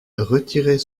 retirer